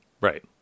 Right